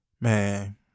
man